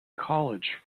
college